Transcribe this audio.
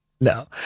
No